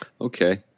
Okay